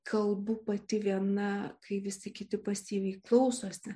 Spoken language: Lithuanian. kalbu pati viena kai visi kiti pasyviai klausosi